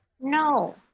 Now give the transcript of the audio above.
No